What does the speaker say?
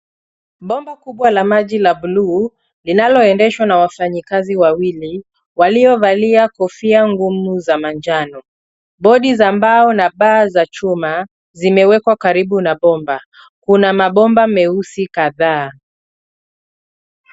Bomba kubwa la maji la bluu, linaloendeshwa na wafanyikazi wawili, waliovalia kofia ngumu za manjano. Bodi za mbao na paa za chuma, zimewekwa karibu na bomba. Kuna mabomba meusi kadhaa.